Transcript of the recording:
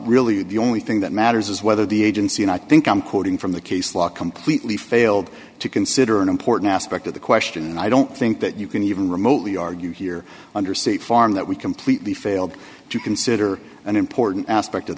really the only thing that matters is whether the agency and i think i'm quoting from the case law completely failed to consider an important aspect of the question and i don't think that you can even remotely argue here under state farm that we completely failed to consider an important aspect of